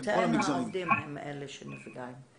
בינתיים העובדים הם אלה שנפגעים.